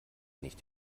nicht